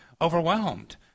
overwhelmed